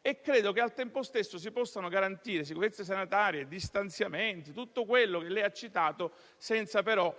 e che, al tempo stesso, si possano garantire sicurezza sanitaria, distanziamenti e tutto quello che ha citato, senza però